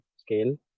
scale